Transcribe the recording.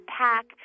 pack